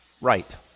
right